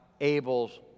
Abel's